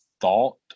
thought